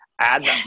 add